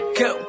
go